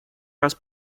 раз